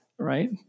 Right